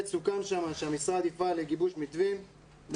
סוכם שם ‏שהמשרד יפעל לגיבוש פעימות.